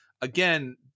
Again